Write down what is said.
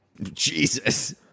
Jesus